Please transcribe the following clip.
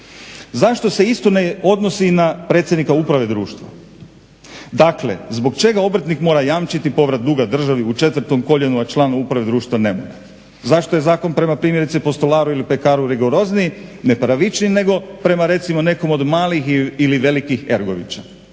Zašto se isto ne odnosi i na predsjednika uprave društva? Dakle, zbog čega obrtnik mora jamčiti povrat duga državi u 4. koljenu a član uprave društva ne mora? Zašto je zakon primjerice prema postolaru ili pekaru rigorozniji, nepravičniji nego prema recimo nekom od malih ili velikih ergovića?